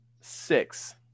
six